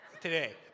today